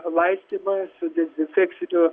laistymą su dezinfekciniu